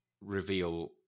reveal